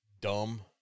dumb